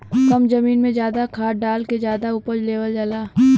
कम जमीन में जादा खाद डाल के जादा उपज लेवल जाला